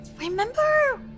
remember